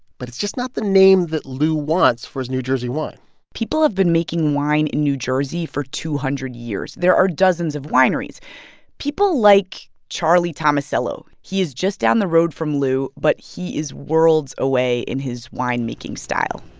but it's just not the name that lou wants for his new jersey wine people have been making wine in new jersey for two hundred years there are dozens of wineries people like charlie tomasello. he is just down the road from lou. but he is worlds away in his wine-making style.